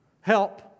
Help